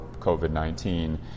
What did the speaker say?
COVID-19